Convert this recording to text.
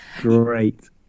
Great